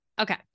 Okay